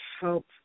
help